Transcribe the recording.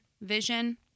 vision